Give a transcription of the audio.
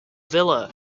villa